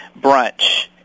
brunch